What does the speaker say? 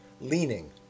leaning